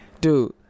dude